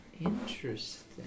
Interesting